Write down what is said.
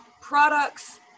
products